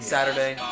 Saturday